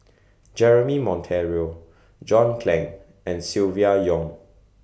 Jeremy Monteiro John Clang and Silvia Yong